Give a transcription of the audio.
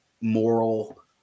moral